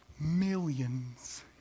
Millions